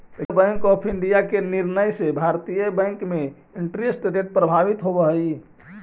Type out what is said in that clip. reserve bank of India के निर्णय से भारतीय बैंक में इंटरेस्ट रेट प्रभावित होवऽ हई